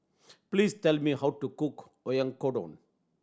please tell me how to cook Oyakodon